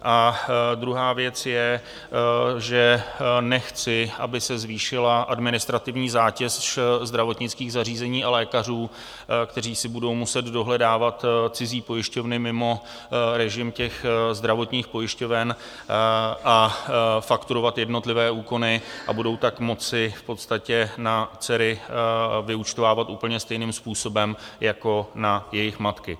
A druhá věc je, že nechci, aby se zvýšila administrativní zátěž zdravotnických zařízení a lékařů, kteří si budou muset dohledávat cizí pojišťovny mimo režim zdravotních pojišťoven a fakturovat jednotlivé úkony, a budou tak moci v podstatě na dcery vyúčtovávat úplně stejným způsobem jako na jejich matky.